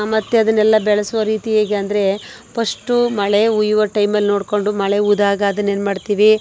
ಮತ್ತೆ ಅದನ್ನೆಲ್ಲ ಬೆಳೆಸುವ ರೀತಿ ಹೇಗೆ ಅಂದರೆ ಪಷ್ಟು ಮಳೆ ಹುಯ್ಯುವ ಟೈಮಲ್ಲಿ ನೋಡಿಕೊಂಡು ಮಳೆ ಹುಯ್ದಾಗ ಅದನ್ನೇನು ಮಾಡ್ತೀವಿ